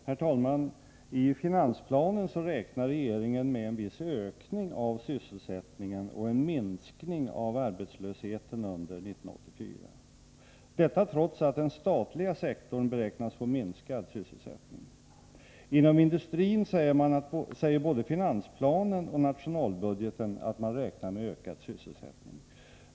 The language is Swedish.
Herr talman! I finansplanen räknar regeringen med en viss ökning av sysselsättningen och en minskning av arbetslösheten under 1984, detta trots att den statliga sektorn beräknas få minskad sysselsättning. Inom industrin väntas enligt både finansplanen och nationalbudgeten ökad sysselsättning.